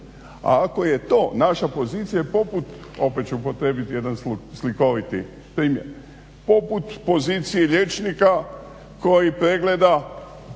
A ako je to naša pozicija je poput, opet ću upotrijebiti jedan slikoviti primjer, poput pozicije liječnika koji pregleda